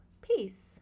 Peace